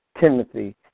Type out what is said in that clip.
Timothy